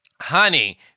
Honey